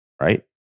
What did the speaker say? right